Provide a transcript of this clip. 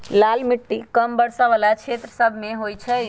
लाल माटि कम वर्षा वला क्षेत्र सभमें होइ छइ